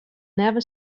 never